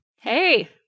Hey